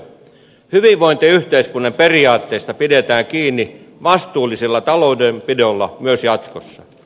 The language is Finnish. hyvinvointiyhteiskunnan periaatteista pidetään kiinni vastuullisella taloudenpidolla myös jatkossa